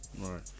Right